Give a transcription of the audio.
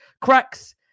Cracks